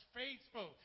faithful